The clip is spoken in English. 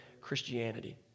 Christianity